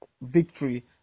victory